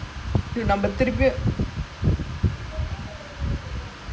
after that actually all of them quite shit ah one guy with thaadi legit